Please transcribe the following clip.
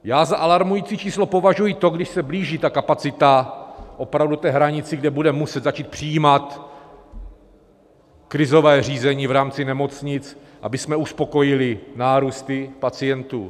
Já za alarmující číslo považuji to, když se blíží ta kapacita opravdu k té hranici, kdy budeme muset začít přijímat krizové řízení v rámci nemocnic, abychom uspokojili nárůsty pacientů.